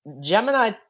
Gemini